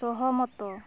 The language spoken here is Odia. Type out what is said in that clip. ସହମତ